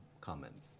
comments